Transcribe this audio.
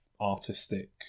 artistic